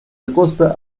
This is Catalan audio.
acosta